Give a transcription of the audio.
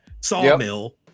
sawmill